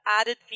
added